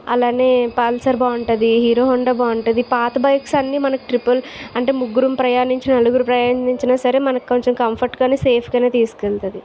అలాగే పల్సర్ బాగుంటుంది Hero Honda బాగుంటుంది పాత బైక్స్ అన్నీ మనకు ట్రిపుల్ ముగ్గురు ప్రయాణించి నలుగురు ప్రయాణించిన సరే మనకు కొంచెం కంఫర్ట్గాసేఫ్గా తీసుకెళుతుంది